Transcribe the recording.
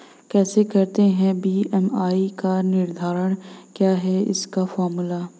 कैसे करते हैं बी.एम.आई का निर्धारण क्या है इसका फॉर्मूला?